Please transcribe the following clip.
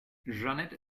jeanette